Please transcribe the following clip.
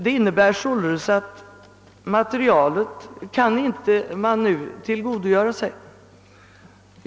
Det innebär således att man inte kan tillgodogöra sig det materialet.